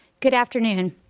good afternoon.